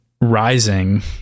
rising